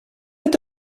est